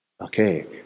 Okay